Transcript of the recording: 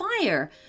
fire